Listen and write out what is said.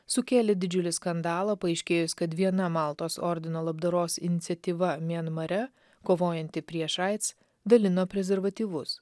sukėlė didžiulį skandalą paaiškėjus kad viena maltos ordino labdaros iniciatyva mianmare kovojanti prieš aids dalino prezervatyvus